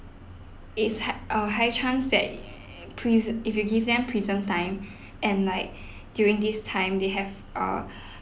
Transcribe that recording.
it's high err high chance that pri~ if it gives them prison time and like during this time they have err